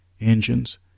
engines